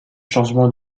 changement